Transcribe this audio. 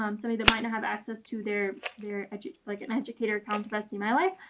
um someone that might not have access to they're they're ah like an educator account of sdmylife.